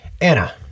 Anna